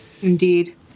Indeed